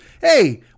Hey